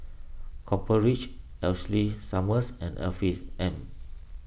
Copper Ridge Ashley Summers and Afiq M